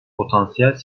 potansiyel